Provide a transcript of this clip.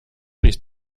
nicht